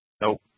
Nope